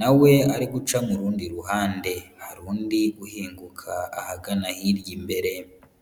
nawe ari guca mu rundi ruhande, hari undi uhinguka ahagana hirya imbere.